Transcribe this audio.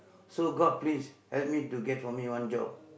so god please help me to get for me one job